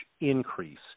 increase